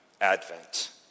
Advent